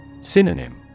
Synonym